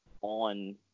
on